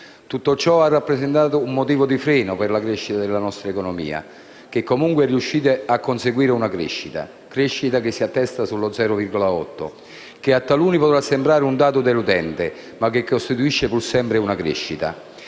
Tutto ciò ha rappresentato un motivo di freno per la crescita della nostra economia, che comunque è riuscita a conseguire una crescita che si attesta allo 0,8 per cento: a taluni potrà sembrare un dato deludente, ma costituisce pur sempre una crescita.